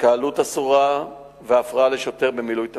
התקהלות אסורה והפרעה לשוטר במילוי תפקידו.